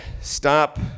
stop